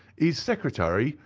his secretary,